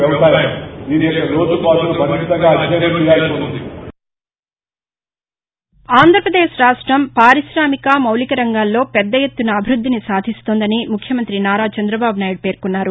వాయుస్ ఆంధ్రాపదేశ్ రాష్టం పారిశామిక మౌలిక రంగాల్లో పెద్ద ఎత్తున అభివృద్దిని సాధిస్తోందని ముఖ్యమంతి నారా చంద్రబాబు నాయుడు పేర్కొన్నారు